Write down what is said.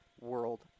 world